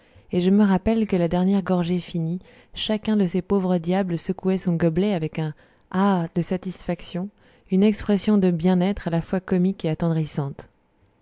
et je me rappelle que la dernière gorgée finie chacun de ces pauvres diables secouait son gobelet avec un ah de satisfaction une expression de bien-être à la fois comique et attendrissante